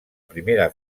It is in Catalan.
primera